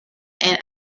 and